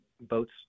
boats